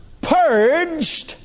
purged